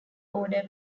order